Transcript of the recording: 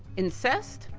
incensed,